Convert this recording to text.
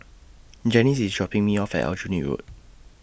Janis IS dropping Me off At Aljunied Road